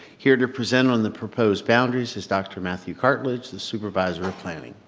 here to present on the proposed boundaries is dr. matthew cartlidge, the supervisor of planning.